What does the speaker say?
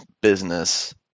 business